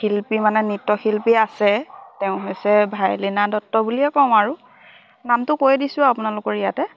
শিল্পী মানে নৃত্যশিল্পী আছে তেওঁ হৈছে ভাইলনা দত্ত বুলিয়ে কওঁ আৰু নামটো কৈ দিছোঁ আপোনালোকৰ ইয়াতে